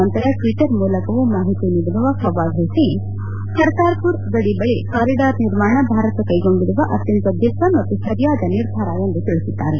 ನಂತರ ಟ್ವೀಟರ್ ಮೂಲಕವೂ ಮಾಹಿತಿ ನೀಡಿರುವ ಫವಾದ್ ಹುಸೇನ್ ಕರ್ತಾರ್ಮರ್ ಗಡಿ ಬಳಿ ಕಾರಿಡಾರ್ ನಿರ್ಮಾಣ ಭಾರತ ಕೈಗೊಂಡಿರುವ ಅತ್ಯಂತ ದಿಟ್ಟ ಮತ್ತು ಸರಿಯಾದ ನಿರ್ಧಾರ ಎಂದು ತಿಳಿಸಿದ್ದಾರೆ